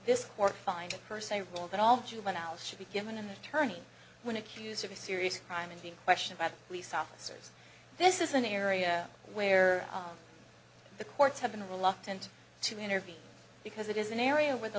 this court find it per se rule that all juveniles should be given an attorney when accused of a serious crime and be questioned by police officers this is an area where the courts have been reluctant to intervene because it is an area where the